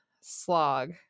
slog